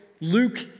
Luke